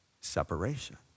separation